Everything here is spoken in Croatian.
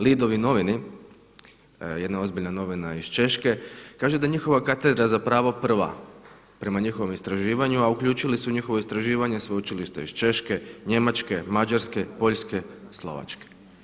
Lidove noviny jedna ozbiljna novina iz Češke kaže da njihova katedra za pravo prva, prema njihovom istraživanju, a uključili su u njihovo istraživanje Sveučilište iz Češke, Njemačke, Mađarske, Poljske, Slovačke.